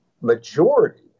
majority